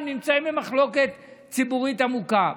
הן נמצאות במחלוקת ציבורית עמוקה.